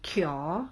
cure